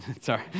Sorry